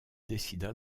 décida